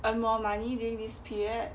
earn more money during this period